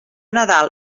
nadal